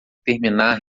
terminar